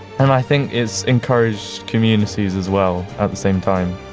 and i think it's encouraged communities as well, at the same time,